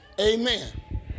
Amen